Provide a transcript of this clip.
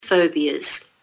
phobias